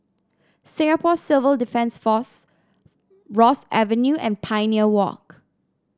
Singapore Civil Defence Force Ross Avenue and Pioneer Walk